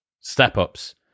step-ups